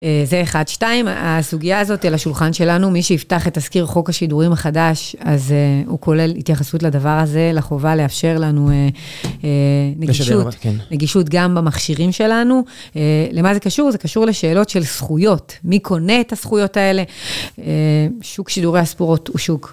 זה אחד, שתיים, הסוגיה הזאתי על השולחן שלנו, מי שיפתח את תזכיר חוק השידורים החדש, אז הוא כולל התייחסות לדבר הזה, לחובה לאפשר לנו נגישות. נגישות גם במכשירים שלנו. למה זה קשור? זה קשור לשאלות של זכויות. מי קונה את הזכויות האלה? שוק שידורי הספורות הוא שוק.